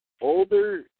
older